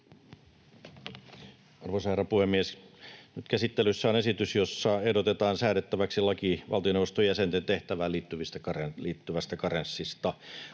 Arvoisa herra puhemies! Nyt käsittelyssä on esitys, jossa ehdotetaan säädettäväksi laki valtioneuvoston jäsenten tehtävään liittyvästä karenssista.